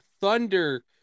thunder